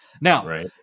Now